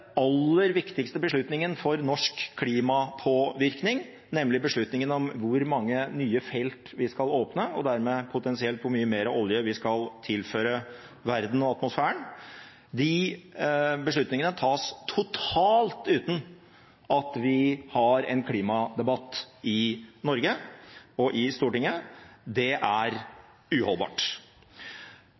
aller viktigste beslutningen for norsk klimapåvirkning er beslutningen om hvor mange nye felt vi skal åpne, og dermed potensielt hvor mye mer olje vi skal tilføre verden og atmosfæren. Den beslutningen tas totalt uten at vi har en klimadebatt i Norge og i Stortinget. Det er uholdbart.